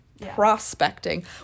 prospecting